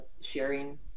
sharing